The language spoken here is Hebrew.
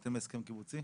בהתאם להסכם קיבוצי?